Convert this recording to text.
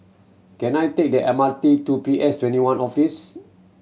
can I take the M R T to P S Twenty one Office